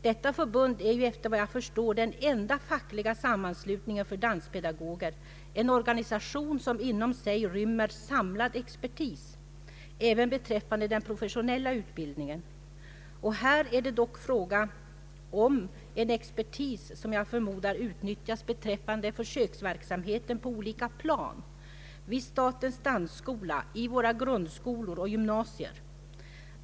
Detta förbund är efter vad jag förstår den enda fackliga sammanslutningen för danspedagoger — en organisation som inom sig rymmer samlad expertis även beträffande den professionella utbildningen. Här är det dock fråga om en expertis som jag förmodar utnyttjas i försöksverksamheten på olika plan — vid statens dansskola, i våra grundskolor och gymnasier.